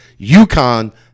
UConn